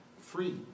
free